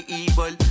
evil